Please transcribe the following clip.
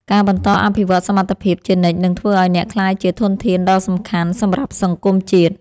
ការបន្តអភិវឌ្ឍសមត្ថភាពជានិច្ចនឹងធ្វើឱ្យអ្នកក្លាយជាធនធានដ៏សំខាន់សម្រាប់សង្គមជាតិ។